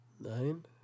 Nine